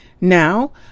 Now